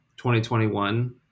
2021